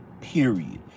period